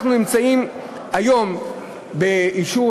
אנחנו נמצאים היום באישור,